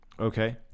Okay